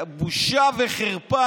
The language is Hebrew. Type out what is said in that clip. בושה וחרפה,